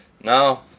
No